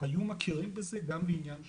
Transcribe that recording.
היו מכירים בזה גם בעניין שבות.